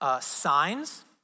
signs